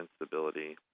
instability